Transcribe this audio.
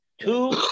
Two